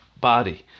body